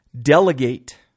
delegate